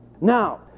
Now